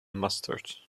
mustard